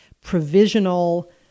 provisional